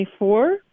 24